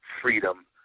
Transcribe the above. freedom